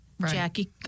Jackie